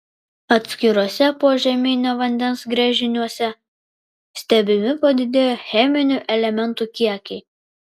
atskiruose požeminio vandens gręžiniuose stebimi padidėję cheminių elementų kiekiai